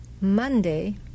Monday